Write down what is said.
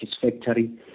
satisfactory